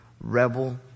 rebel